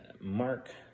Mark